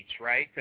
right